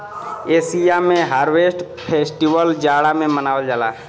Asia में harvest festival जाड़ा में मनावल जाला